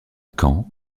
caen